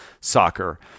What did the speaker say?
soccer